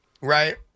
Right